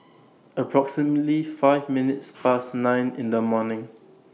approximately five minutes Past nine in The morning